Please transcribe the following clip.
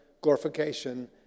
glorification